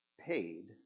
paid